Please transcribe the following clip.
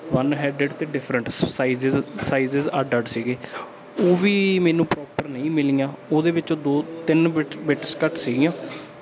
one headed ਅਤੇ different sizes sizes ਅੱਡ ਅੱਡ ਸੀਗੇ ਉਹ ਵੀ ਮੈਨੂੰ ਪ੍ਰੋਪਰ ਨਹੀਂ ਮਿਲੀਆਂ ਉਹਦੇ ਵਿੱਚੋਂ ਦੋ ਤਿੰਨ ਬਿਟ ਬਿਟਸ ਘੱਟ ਸੀਗੀਆਂ